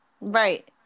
Right